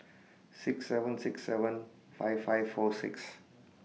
six seven six seven five five four six